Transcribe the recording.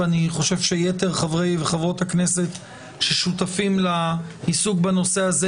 ואני חושב שיתר חברי וחברות הכנסת ששותפים לעיסוק בנושא זה,